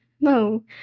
No